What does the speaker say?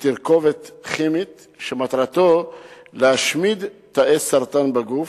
תרכובת כימית, שמטרתו להשמיד תאי סרטן בגוף,